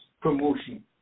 promotion